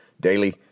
Daily